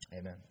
Amen